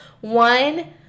one